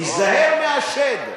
תיזהר מהשד.